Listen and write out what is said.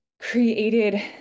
created